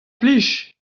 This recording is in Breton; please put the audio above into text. plij